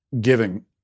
giving